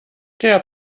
der